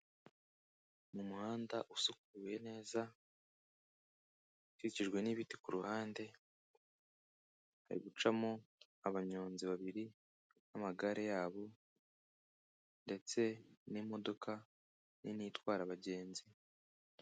Mu muhanda usukuye neza, ukikijwe n'ibiti ku ruhande, hari gucamo abanyonzi babiri n'amagare yabo ndetse n'imodoka nini itwara abagenzi.